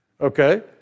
Okay